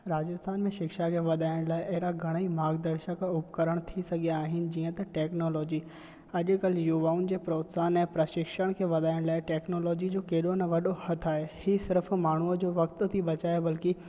राजस्थान में शिक्षा खे वधाइण लाइ अहिड़ा घणा ई मार्गदर्शक उपकरण थी सघिया आहिनि जीअं त टैक्नोलॉजी अॼुकल्ह युवाउनि जे प्रोत्साहन ऐं प्रशिक्षण खे वधाइण लाइ टैक्नोलॉजी जो कहिड़ो न वॾो हथु आहे ही सिर्फ़ु माण्हूअ जो वक़्तु थी बचाए बल्कि